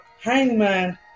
Hangman